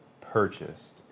purchased